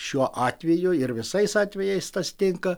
šiuo atveju ir visais atvejais tas tinka